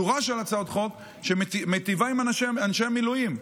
שורת הצעות חוק שהגשתי שמיטיבות עם אנשי המילואים.